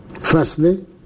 Firstly